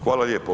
Hvala lijepo.